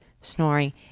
snoring